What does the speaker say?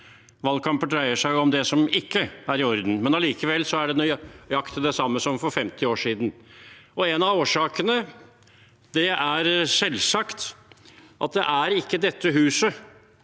Valgkamper dreier seg om det som ikke er i orden, og det er nøyaktig det samme som for 50 år siden. En av årsakene er selvsagt at det ikke er dette huset